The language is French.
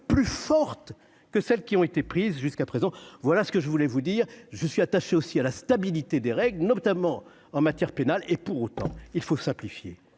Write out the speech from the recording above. plus fortes que celles qui ont été prises jusqu'à présent, voilà ce que je voulais vous dire je suis attaché aussi à la stabilité des règles, notamment en matière pénale et pour autant il faut simplifier